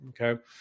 Okay